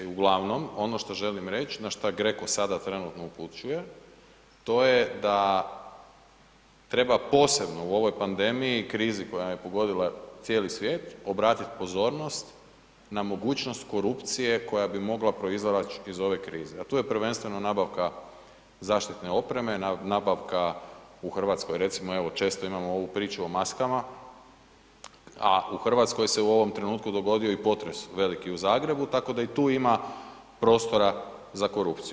Uglavnom ono što želim reći, na šta GRECO sada trenutno upućuje, to je da treba posebno u ovoj pandemiji i krizi koja je pogodila cijeli svijet obratit pozornost na mogućnost korupcije koja bi mogla proizaći iz ove krize, a tu je prvenstveno nabavka zaštitne opreme, nabavka u Hrvatskoj recimo evo često imamo ovu priču o maskama, a u Hrvatskoj se u ovom trenutku dogodio i potres veliki u Zagrebu, tako da i tu ima prostora za korupciju.